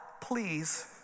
Please